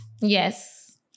Yes